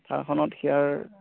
থাৰখনত ইয়াৰ